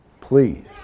please